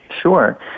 Sure